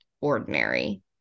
ordinary